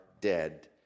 dead